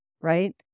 right